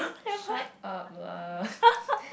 shut up lah